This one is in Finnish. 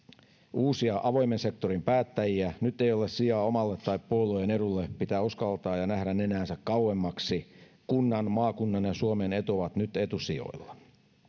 uusia avoimen sektorin päättäjiä nyt ei ole sijaa omalle tai puolueen edulle pitää uskaltaa ja nähdä nenäänsä kauemmaksi kunnan maakunnan ja suomen etu ovat nyt etusijoilla